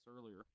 earlier